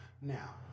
now